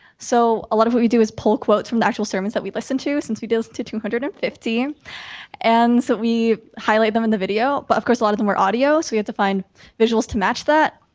so a lot of what we do is pull quotes from the actual sermons that we listened to since we chose to two hundred and fifteen and so we highlight them in the video, but of course, a lot of them are audio so you had to find visuals to match that.